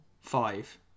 five